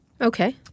Okay